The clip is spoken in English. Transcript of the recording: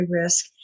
risk